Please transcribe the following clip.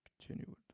Continue